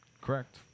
Correct